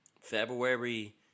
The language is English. February